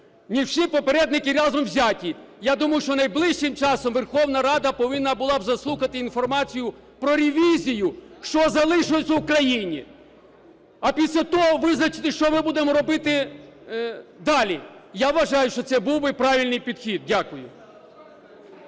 ніж всі попередники разом взяті. Я думаю, що найближчим часом Верховна Рада повинна була б заслухати інформацію про ревізію, що залишилося у країні. А після того визначитися, що ми будемо робити далі. Я вважаю, що це був би правильний підхід. Дякую.